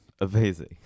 amazing